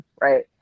right